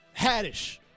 Haddish